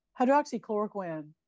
hydroxychloroquine